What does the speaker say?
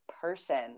person